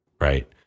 Right